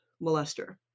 molester